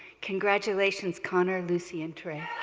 congratulations conner, lucy, and tre.